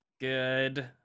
good